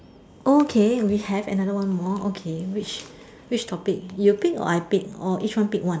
okay we have another one more okay which which topic you pick or I pick or each one pick one